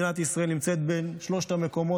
מדינת ישראל נמצאת בשלושת המקומות